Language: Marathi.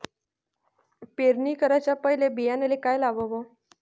पेरणी कराच्या पयले बियान्याले का लावाव?